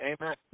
Amen